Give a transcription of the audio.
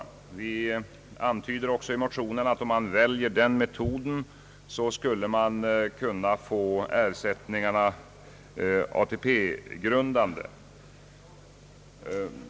Vi antyder i motionen också att man med den metoden skulle kunna göra ersättningarna ATP-grundande.